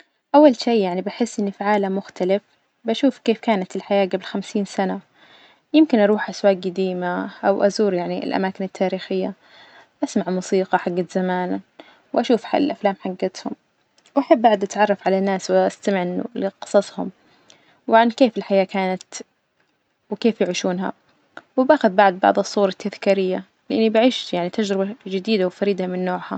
أول شي يعني بحس إني في عالم مختلف، بشوف كيف كانت الحياة جبل خمسين سنة، يمكن أروح أسواج جديمة أو أزور يعني الأماكن التاريخية، أسمع موسيقى حجت زمان وأشوف حل- الأفلام حجتهم، وأحب أعد أتعرف على ناس وأستمع ل- لقصصهم، وعن كيف الحياة كانت وكيف يعيشونها، وبأخذ بعد بعض الصور التذكارية لإني بعيش يعني تجربة جديدة وفريدة من نوعها.